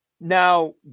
Now